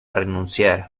renunciar